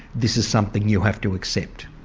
this is something you have to accept?